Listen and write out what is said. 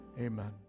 amen